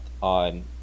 On